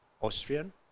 Austrian